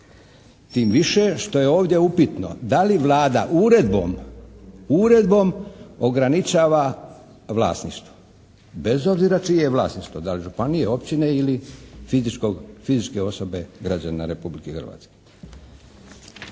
Tim više što je ovdje upitno da li Vlada uredbom, uredbom ograničava vlasništvo. Bez obzira čije je vlasništvo, da li županije, općine ili fizičke osobe građana Republike Hrvatske.